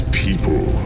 people